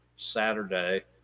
saturday